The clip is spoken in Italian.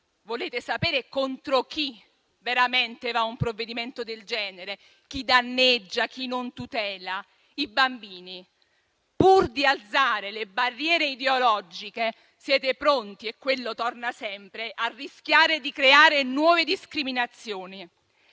Volete sapere contro chi veramente va un provvedimento del genere, chi danneggia e chi non tutela? I bambini. Pur di alzare le barriere ideologiche siete pronti - è questo torna sempre - a rischiare di creare nuove discriminazioni.